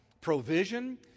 provision